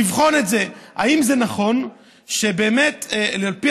לבחון את זה: האם זה נכון שבאמת על פי